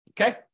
okay